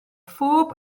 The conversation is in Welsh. phob